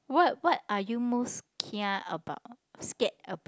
what what are you most kia about scared about